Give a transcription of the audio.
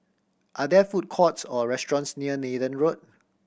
are there food courts or restaurants near Nathan Road